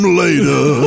later